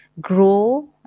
grow